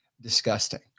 disgusting